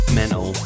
mental